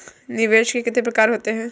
निवेश के कितने प्रकार होते हैं?